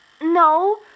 no